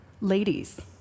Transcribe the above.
Ladies